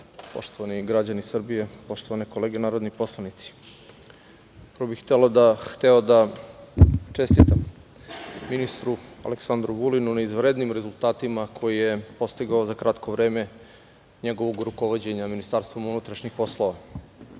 poštovani građani Srbije, poštovane kolege narodni poslanici, prvo bih hteo da čestitam ministru Aleksandru Vulinu na izvanrednim rezultatima koje je postigao za kratko vreme njegovog rukovođenja MUP-a. Njegovim dolaskom